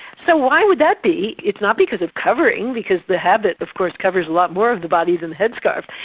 so why would that be? it's not because of covering, because the habit of course covers a lot more of the body than the headscarf.